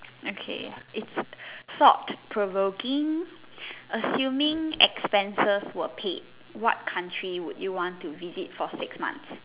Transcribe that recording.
okay is thought provoking assuming expenses were paid what country would you want to visit for six months